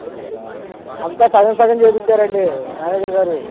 ఏంటి అంతా సగం సగం చేయించారండి మేనేజర్గారు